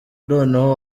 noneho